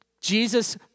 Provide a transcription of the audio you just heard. Jesus